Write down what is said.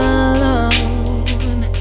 alone